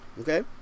okay